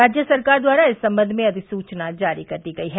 राज्य सरकार द्वारा इस संबंध में अधिसुवना जारी कर दी गयी है